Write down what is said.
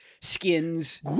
skins